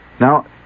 Now